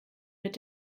mit